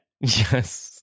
Yes